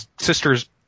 sister's